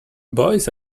boys